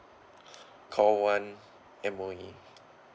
call one M_O_E